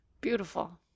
beautiful